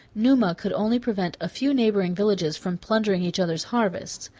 numa could only prevent a few neighboring villages from plundering each other's harvests.